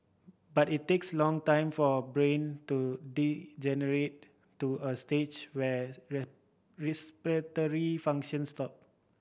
but it takes long time for a brain to degenerate to a stage where respiratory functions stop